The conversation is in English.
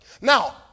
Now